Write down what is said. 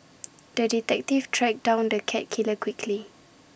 the detective tracked down the cat killer quickly